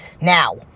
Now